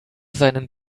seinen